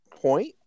point